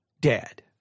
dead